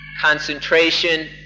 concentration